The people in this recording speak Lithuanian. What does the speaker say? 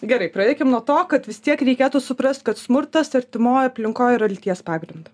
gerai pradėkim nuo to kad vis tiek reikėtų suprast kad smurtas artimoj aplinkoj yra lyties pagrindu